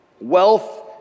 Wealth